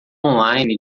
online